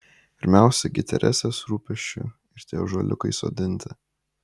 pirmiausia gi teresės rūpesčiu ir tie ąžuoliukai sodinti